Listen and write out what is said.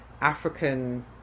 African